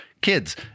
kids